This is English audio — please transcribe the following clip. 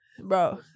Bro